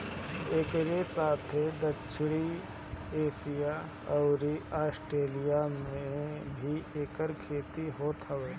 एकरी साथे दक्षिण एशिया अउरी आस्ट्रेलिया में भी एकर खेती होत हवे